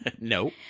No